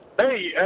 Hey